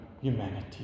humanity